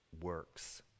works